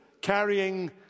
carrying